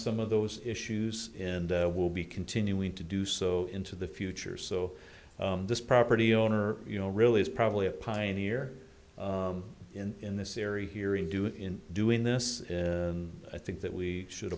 some of those issues in will be continuing to do so into the future so this property owner you know really is probably a pioneer in this area here and do in doing this and i think that we should